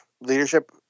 leadership